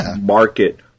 market